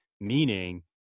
meaning